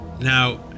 Now